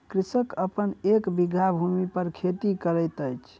कृषक अपन एक बीघा भूमि पर खेती करैत अछि